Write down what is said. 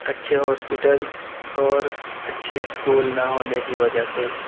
اچھے ہاسپٹلس اور اچھے اسکول نہ ہونے کی وجہ سے